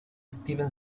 steven